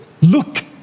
look